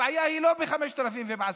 הבעיה היא לא ב-5,000 וב-10,000,